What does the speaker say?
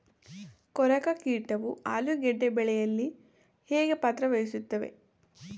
ಕೊರಕ ಕೀಟವು ಆಲೂಗೆಡ್ಡೆ ಬೆಳೆಯಲ್ಲಿ ಹೇಗೆ ಪಾತ್ರ ವಹಿಸುತ್ತವೆ?